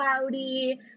cloudy